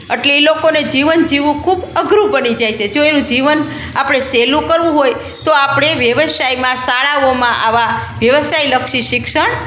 એટલે એ લોકોને જીવન જીવું ખૂબ અઘરું પડી જાય છે જો એનું જીવન આપણે સહેલું કરવું હોય તો આપણે વ્યવસાયમાં શાળાઓમાં આવા વ્યવસાયલક્ષી શિક્ષણ